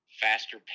faster